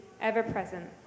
ever-present